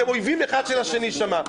אתם אויבים אחד של השני שם.